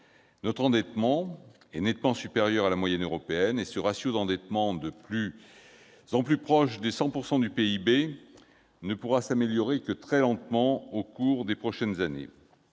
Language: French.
notre endettement est nettement supérieur à la moyenne européenne, et ce ratio d'endettement, qui se rapproche des 100 % du PIB, ne pourra s'améliorer que très lentement au cours des prochaines années.